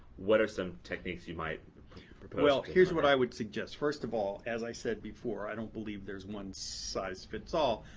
what are some techniques you might propose? dennis well, here's what i would suggest. first of all, as i said before, i don't believe there is one size fits all,